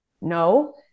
no